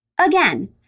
Again